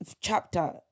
chapter